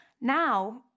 Now